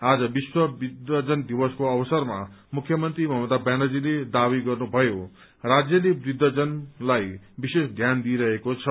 आज विश्व वृद्धजन दिवसको अवसरमा मुख्यमन्त्री ममता ब्यानर्जीले दावा गर्नुभयो राज्यले वृद्धजनहरूलाई विशेष ध्यान दिइरहेको छ